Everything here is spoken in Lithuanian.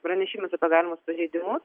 pranešimus apie galimus pažeidimus